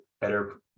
better